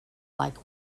like